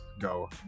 go